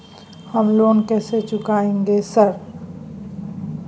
हम लोन कैसे चुकाएंगे सर?